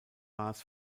maß